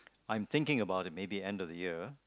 I'm thinking about it maybe end of the year